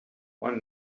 one